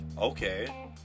Okay